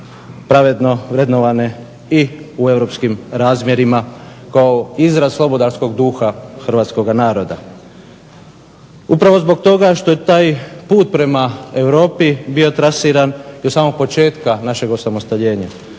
pravedno vrednovane i u europskim razmjerima kao izraz slobodarskog duha hrvatskoga naroda. Upravo zbog toga što je taj put prema Europi bio trasiran od samog početka našeg osamostaljenja